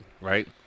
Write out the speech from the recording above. right